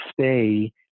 stay